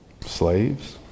Slaves